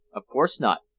of course not.